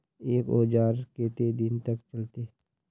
एक औजार केते दिन तक चलते?